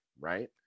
right